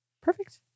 Perfect